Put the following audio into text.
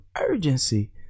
urgency